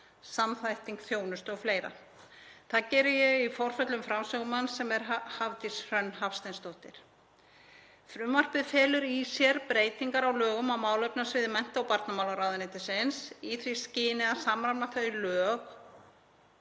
samþætting þjónustu o.fl. fleira. Það geri ég í forföllum framsögumanns sem er Hafdís Hrönn Hafsteinsdóttir. Frumvarpið felur í sér breytingar á lögum á málefnasviði mennta- og barnamálaráðuneytis í því skyni að samræma þau og